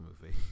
movie